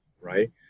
right